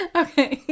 okay